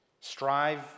strive